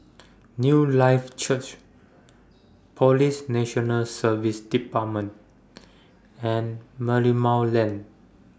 Newlife Church Police National Service department and Merlimau Lane